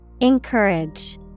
Encourage